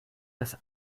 das